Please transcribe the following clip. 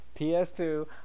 PS2